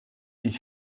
ich